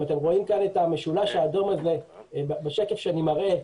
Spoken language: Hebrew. אתם רואים כאן את המשולש האדום בשקף שאני מראה.